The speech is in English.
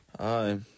Hi